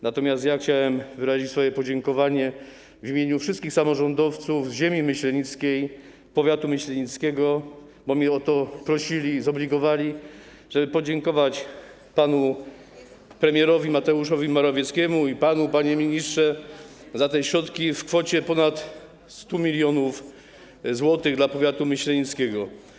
Natomiast ja chciałem wyrazić swoje podziękowanie w imieniu wszystkich samorządowców ziemi myślenickiej, powiatu myślenickiego, bo mnie o to prosili i zobligowali, żeby podziękować panu premierowi Mateuszowi Morawieckiemu i panu, panie ministrze, za środki w kwocie ponad 100 mln zł dla powiatu myślenickiego.